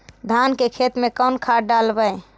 धान के खेत में कौन खाद डालबै?